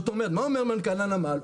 מה אומר מנכ"ל הנמל?